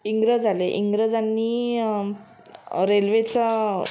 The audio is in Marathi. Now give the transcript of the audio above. इंग्रज आले इंग्रजांनी रेल्वेचा